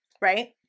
right